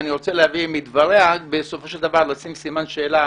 ואני רוצה להביא מדבריה ובסופו של דבר לשים סימן שאלה,